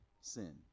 sin